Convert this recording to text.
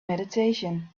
meditation